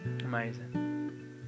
Amazing